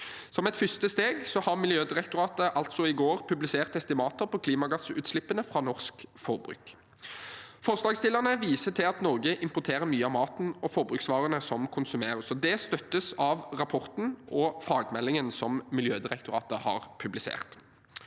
Som et første steg publiserte Miljødirektoratet i går estimater på klimagassutslippene fra norsk forbruk. Forslagsstillerne viser til at Norge importerer mye av maten og forbruksvarene som konsumeres, og det støttes av rapporten og fagmeldingen som Miljødirektoratet har publisert.